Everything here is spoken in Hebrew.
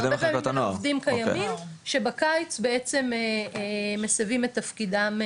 הרבה פעמים הם עובדים קיימים שבקיץ בעצם מסבים את תפקידם,